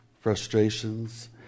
frustrations